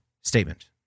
statement